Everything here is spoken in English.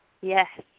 Yes